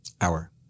Hour